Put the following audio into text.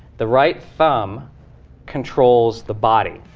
the right thumb controls the body.